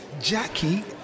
Jackie